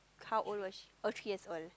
how old was she oh three years old